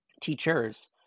teachers